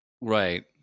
Right